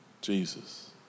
Jesus